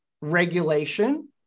regulation